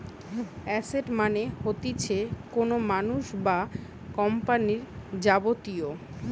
asset মানে হতিছে কোনো মানুষ বা কোম্পানির যাবতীয়